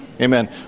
Amen